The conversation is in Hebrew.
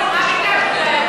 ביקשנו?